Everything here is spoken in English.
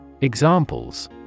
Examples